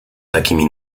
takimi